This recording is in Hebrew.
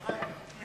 שנייה.